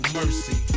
mercy